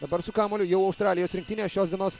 dabar su kamuoliu jau australijos rinktinė šios dienos